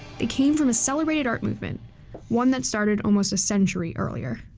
they came from a celebrated art movement one that started almost a century earlier.